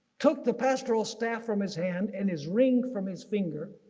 took the pastoral staff from his hand, and his ring from his finger,